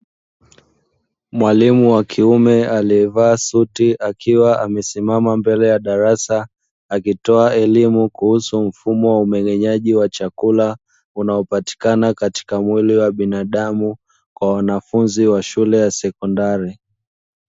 Mwalimu wa kiume aliyevaa suti akiwa amesimama mbele ya darasa, akitoa elimu kuhusu mfumo wa umeng'enyaji wa chakula unaopatikana katika mwili wa binadamu; kwa wanafunzi wa shule ya sekondari.